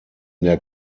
der